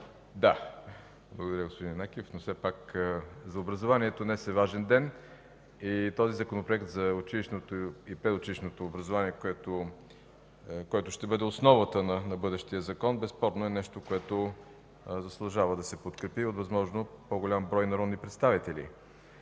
Да, благодаря, господин Стоилов. Все пак за образованието днес е важен ден и този Законопроект за предучилищното и училищното образование, който ще бъде основата на бъдещия закон, безспорно е нещо, което заслужава да се подкрепи от възможно по-голям брой народни представители.